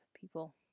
people